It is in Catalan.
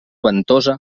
ventosa